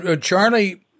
Charlie